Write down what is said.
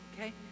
okay